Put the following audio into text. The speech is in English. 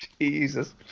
Jesus